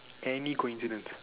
any coincidence